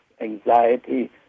anxiety